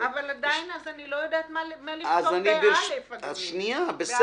עדיין אני לא יודעת מה לכתוב בפסקה (א)(1).